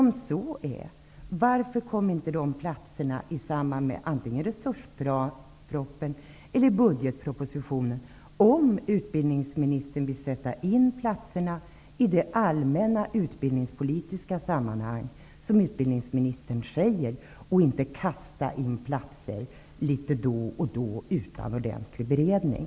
Om så är fallet, varför kom inte de platserna i samband med resurspropositionen eller budgetpropositionen, om nu utbildningsministern vill sätta in platserna i det allmänna utbildningspolitiska sammanhanget, som utbildningsministern säger, och inte kasta in platser litet då och då utan ordentlig beredning?